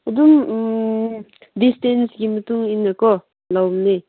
ꯑꯗꯨꯝ ꯗꯤꯁꯇꯦꯟꯁꯀꯤ ꯃꯇꯨꯡ ꯏꯟꯅꯀꯣ ꯂꯧꯕꯅꯤ